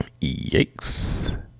Yikes